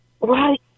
Right